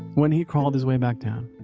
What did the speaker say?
when he crawled his way back down,